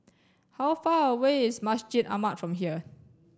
how far away is Masjid Ahmad from here